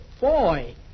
boy